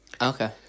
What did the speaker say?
Okay